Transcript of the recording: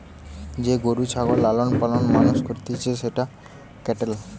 যে গরু ছাগলকে লালন পালন মানুষ করতিছে সেটা ক্যাটেল